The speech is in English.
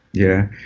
yeah.